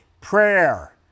prayer